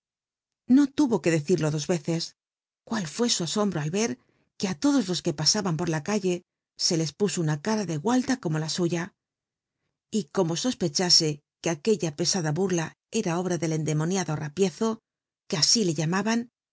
no tuyo que decirlo dos yeres cuál rué su asombro al er que á todo los que pa ahan por la calle se les puso una cara de unida como la u ya y como o pe thasen que aquella pc hia bul'la na ohra llel endemoniado arrapiezo que a i le llamaban